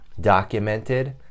documented